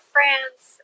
France